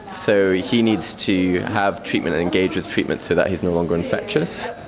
so he needs to have treatment, engage with treatment so that he is no longer infectious.